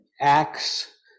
acts